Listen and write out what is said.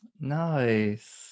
nice